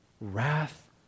wrath